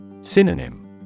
Synonym